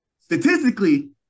statistically